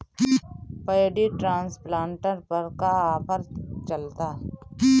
Paddy transplanter पर का offer चलता?